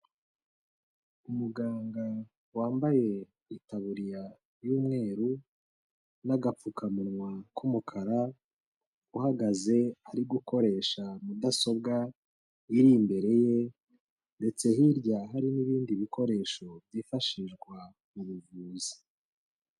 Umuganga wambaye itaburiya y'umweru n'agapfukamunwa k'umukara, uhagaze ari gukoresha mudasobwa iri imbere ye ndetse hirya hari n'ibindi bikoresho byifashishwa mu buvuzi.